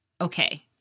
okay